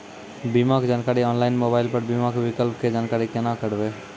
बीमा के जानकारी ऑनलाइन मोबाइल पर बीमा के विकल्प के जानकारी केना करभै?